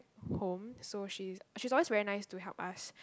home so she's she's always very nice to help us